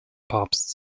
papst